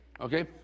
Okay